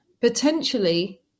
potentially